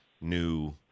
new